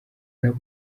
nabo